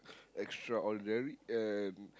extraordinary and